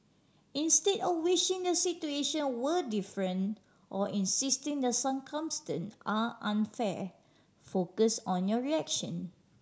instead of wishing the situation were different or insisting the circumstance are unfair focus on your reaction